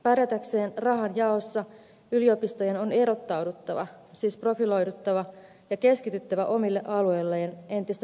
pärjätäkseen rahanjaossa yliopistojen on erottauduttava siis profiloiduttava ja keskityttävä omille alueilleen entistä selkeämmin